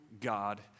God